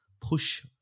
push